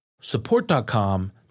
Support.com